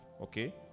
okay